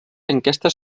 enquestes